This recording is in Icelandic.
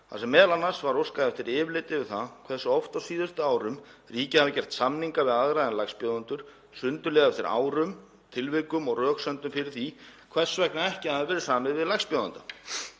þar sem m.a. var óskað eftir yfirliti yfir það hversu oft á síðustu árum ríkið hefði gert samninga við aðra en lægstbjóðendur, sundurliðað eftir árum, tilvikum og röksemdum fyrir því hvers vegna ekki hefði verið samið við lægstbjóðanda.